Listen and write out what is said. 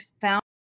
found